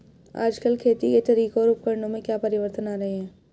आजकल खेती के तरीकों और उपकरणों में क्या परिवर्तन आ रहें हैं?